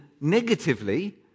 negatively